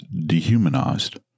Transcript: dehumanized